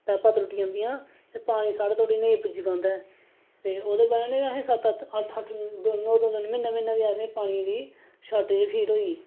सड़कां त्रुट्टी जंदियां ना ते पानी साढ़े धोड़ी नेईं पुज्जी पांदा ऐ ते ओहदे बाद असें पंज सत्त सत्त अट्ठ अट्ठ दिन म्हीना म्हीना बी असेंगी पानियै दी शार्टेज फील होई